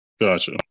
Gotcha